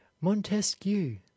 Montesquieu